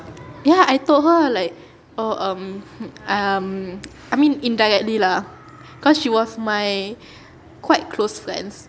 ya I told her like oh um um I mean indirectly lah cause she was my quite close friends